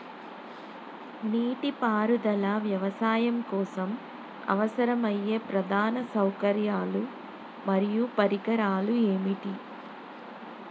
నీటిపారుదల వ్యవసాయం కోసం అవసరమయ్యే ప్రధాన సౌకర్యాలు మరియు పరికరాలు ఏమిటి?